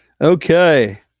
Okay